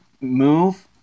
move